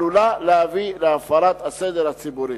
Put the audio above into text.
עלולות להביא להפרת הסדר הציבורי.